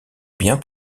bien